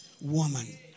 woman